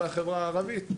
למה הקריטריון הזה נקבע?